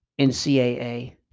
NCAA